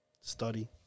study